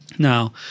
Now